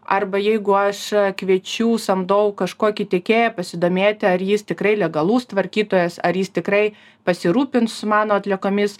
arba jeigu aš kviečiu samdau kažkokį tiekėją pasidomėti ar jis tikrai legalus tvarkytojas ar jis tikrai pasirūpins mano atliekomis